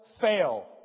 fail